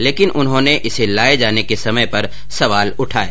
लेकिन उन्होंने इसे लाये जाने के समय पर सवाल उठाये